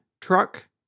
truck